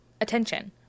attention